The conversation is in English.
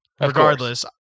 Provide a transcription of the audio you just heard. regardless